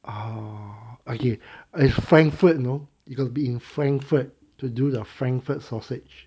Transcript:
oh okay eh frankfurt you know you got be in frankfurt to do the frankfurt sausage